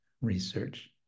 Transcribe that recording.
research